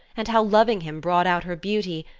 and how loving him brought out her beauty,